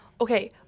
Okay